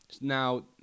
now